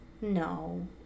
no